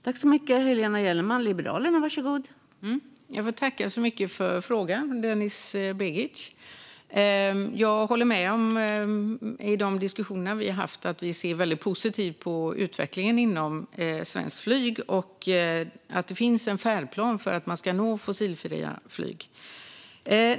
Fru talman! Jag får tacka så mycket för frågan, Denis Begic. Jag håller med om att vi i de diskussioner vi haft ser väldigt positivt på utvecklingen inom svenskt flyg och att det finns en färdplan för att nå fossilfria flyg.